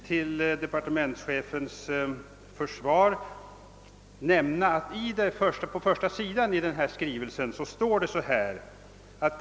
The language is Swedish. Till departementschefens försvar får jag väl nämna att det på skrivelsens första sida bl.a. står följande: »Kungl.